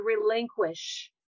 relinquish